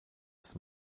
ist